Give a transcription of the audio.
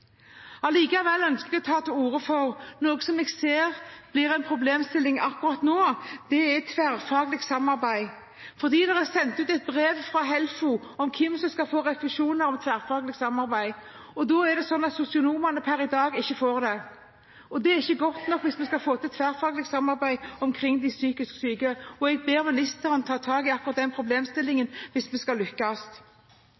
Allikevel ønsker vi å ta til orde for noe som jeg ser blir en problemstilling akkurat nå, og det er tverrfaglig samarbeid, for det er sendt ut et brev fra HELFO om hvem som skal få refusjoner for tverrfaglig samarbeid. Sosionomene får ikke det per i dag. Det er ikke godt nok hvis vi skal få til tverrfaglig samarbeid omkring de psykisk syke, og jeg ber ministeren ta tak i akkurat den